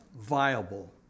viable